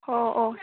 ꯍꯣ ꯑꯣ